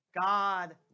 God